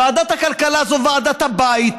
ועדת הכלכלה זאת ועדת הבית.